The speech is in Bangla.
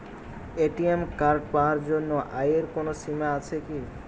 এ.টি.এম কার্ড পাওয়ার জন্য আয়ের কোনো সীমা আছে কি?